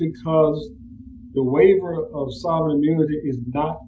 because the waiver of sovereign immunity is not